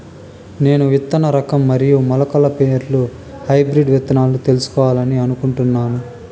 నేను విత్తన రకం మరియు మొలకల పేర్లు హైబ్రిడ్ విత్తనాలను తెలుసుకోవాలని అనుకుంటున్నాను?